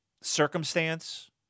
circumstance